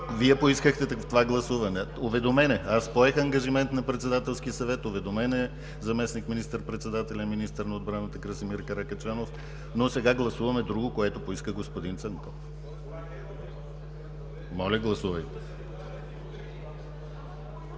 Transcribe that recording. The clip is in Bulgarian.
Вие поискахте това гласуване. Уведомен е – поех ангажимент на Председателския съвет. Уведомен е заместник министър-председателят и министър на отбраната Красимир Каракачанов. Сега гласуваме друго – което поиска господин Цонков. Гласували